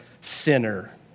sinner